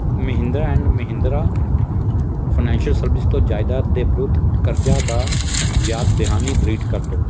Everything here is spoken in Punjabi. Mahindra and Mahindra financial services ਤੋਂ ਜਾਇਦਾਦ ਦੇ ਵਿਰੁੱਧ ਕਰਜ਼ਾ ਦਾ ਯਾਦ ਦਹਾਨੀ ਡਿਲੀਟ ਕਰ ਦਿਓ